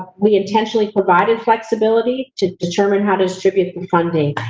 we intentionally provided flexibility to determine how to distribute the funding.